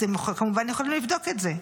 אתם כמובן יכולים לבדוק את זה.